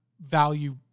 value